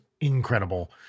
incredible